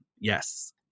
Yes